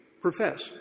profess